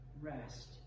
rest